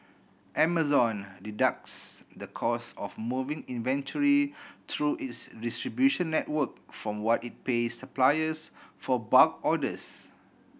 Amazon deducts the cost of moving inventory through its distribution network from what it pays suppliers for bulk orders